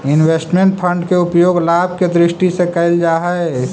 investment fund के उपयोग लाभ के दृष्टि से कईल जा हई